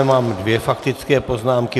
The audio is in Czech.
Mám dvě faktické poznámky.